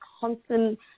constant